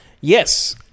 Yes